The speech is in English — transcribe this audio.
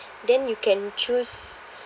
then you can choose